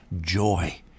joy